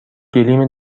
گلیم